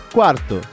Quarto